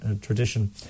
tradition